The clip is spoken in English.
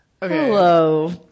Hello